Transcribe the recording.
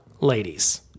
ladies